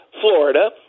Florida